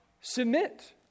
submit